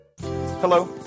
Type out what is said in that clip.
Hello